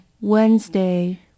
Wednesday